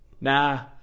nah